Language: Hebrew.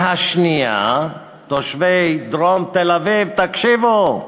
והשנייה" תושבי דרום תל-אביב, תקשיבו,